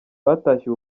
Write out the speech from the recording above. batashye